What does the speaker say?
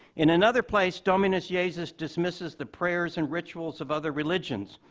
in another place, dominus yeah iesus dismisses the prayers and rituals of other religions,